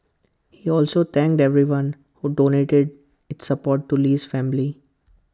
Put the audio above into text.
he also thanked everyone who donated to support to Lee's family